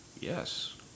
Yes